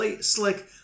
Slick